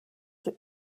that